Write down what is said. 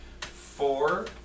four